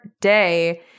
day